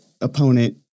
opponent